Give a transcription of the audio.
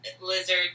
lizard